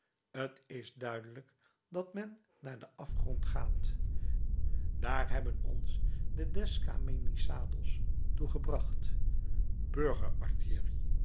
t is duidelijk dat men naar den afgrond gaat daar hebben ons de descamisados toe